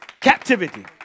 captivity